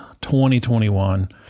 2021